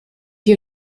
you